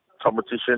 competition